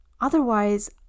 Otherwise